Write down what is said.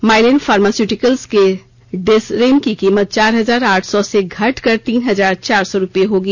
माइलेन pharmaceuticals के Desrem की कीमत चार हजार आठ सौ से घटकर तीन हजार चार सौ रुपए होगी